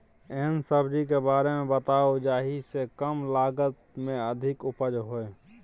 एहन सब्जी के बारे मे बताऊ जाहि सॅ कम लागत मे अधिक उपज होय?